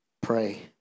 Pray